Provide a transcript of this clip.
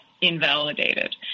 invalidated